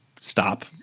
stop